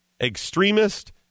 extremist